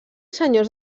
senyors